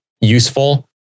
useful